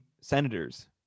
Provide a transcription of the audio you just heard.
senators